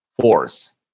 force